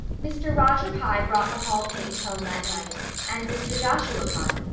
mr. roger pye brought the hall paint home that night and mr. joshua pye,